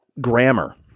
Grammar